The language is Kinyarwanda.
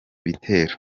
bitero